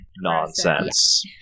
nonsense